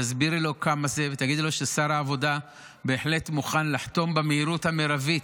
תסבירי לו ותגידי לו ששר העבודה בהחלט מוכן לחתום במהירות המרבית.